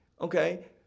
okay